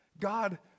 God